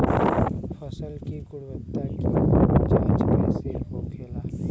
फसल की गुणवत्ता की जांच कैसे होखेला?